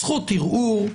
זכות ערעור,